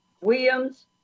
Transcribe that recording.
Williams